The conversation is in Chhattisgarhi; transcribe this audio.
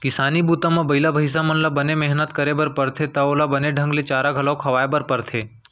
किसानी बूता म बइला भईंसा मन ल बने मेहनत करे बर परथे त ओला बने ढंग ले चारा घलौ खवाए बर परथे